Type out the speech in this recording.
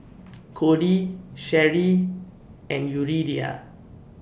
Kody Sherri and Yuridia